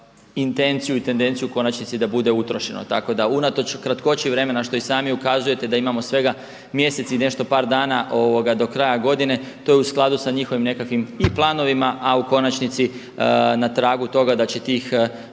intenciju i tendenciju u konačnici da bude utrošeno. Tako da unatoč kratkoći vremena što i sami ukazujete da imamo svega mjesec i nešto par dana do kraja godine to je u skladu sa njihovim nekakvim i planovima, a u konačnici na tragu toga da će bih